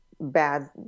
bad